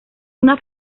una